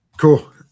Cool